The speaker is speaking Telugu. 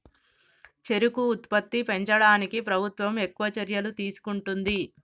చెరుకు ఉత్పత్తి పెంచడానికి ప్రభుత్వం ఎక్కువ చర్యలు తీసుకుంటుంది